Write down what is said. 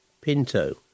Pinto